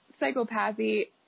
psychopathy